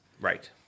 Right